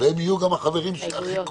לא